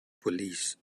police